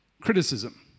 criticism